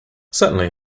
certainly